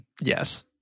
Yes